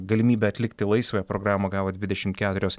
galimybę atlikti laisvąją programą gavo dvidešim keturios